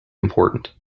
important